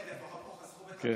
עודד, לפחות פה חסכו בתפקידים.